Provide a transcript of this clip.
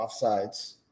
offsides